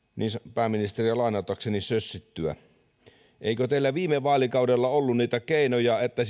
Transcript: pääministeriä lainatakseni sössittyä eikö teillä viime vaalikaudella ollut niitä keinoja että